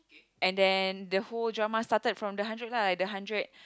and then the whole drama started from the hundred lah the hundred